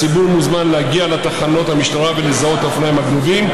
הציבור מוזמן להגיע לתחנות המשטרה ולזהות את האופניים הגנובים.